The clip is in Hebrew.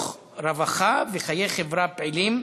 מתוך רווחה וחיי חברה פעילים,